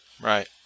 Right